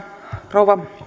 rouva